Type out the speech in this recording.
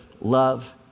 love